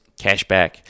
cashback